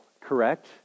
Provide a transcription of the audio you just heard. correct